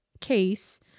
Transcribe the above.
case